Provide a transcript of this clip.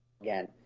again